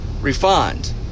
refined